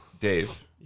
Dave